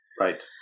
Right